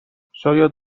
شاید